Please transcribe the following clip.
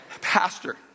pastor